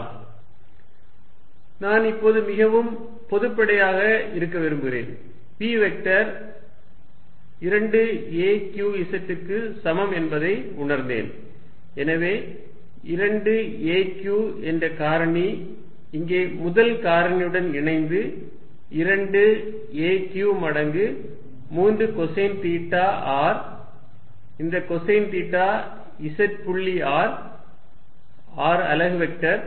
Erq4π0r36arcosθ 2az2aq4π03cosθr z நான் இப்போது மிகவும் பொதுப்படையாக இருக்க விரும்புகிறேன் p vector 2 a q z க்கு சமம் என்பதை உணர்ந்தேன் எனவே 2 aq என்ற காரணி இங்கே முதல் காரணியுடன் இணைந்து 2 a q மடங்கு 3 கொசைன் தீட்டா r இந்த கொசைன் தீட்டா z புள்ளி r r அலகு வெக்டர்